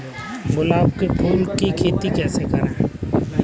गुलाब के फूल की खेती कैसे करें?